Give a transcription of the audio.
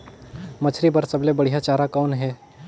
मछरी बर सबले बढ़िया चारा कौन हे?